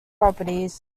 properties